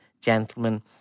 gentlemen